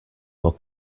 more